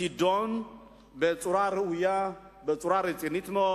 יידון בצורה ראויה, בצורה רצינית מאוד.